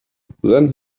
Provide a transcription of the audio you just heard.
then